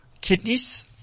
kidneys